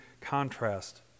contrast